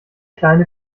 kleine